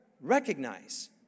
recognize